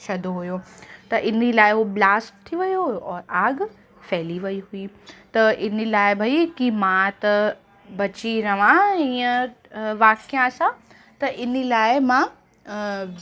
छॾयो हुओ त हिन लाइ उहो ब्लास्ट थी वियो हुओ और आग फैली वेई हुई त हिन लाइ भई कि मां त बची रहां हीअं वाख्या सां त हिन लाइ मां